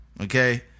Okay